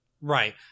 Right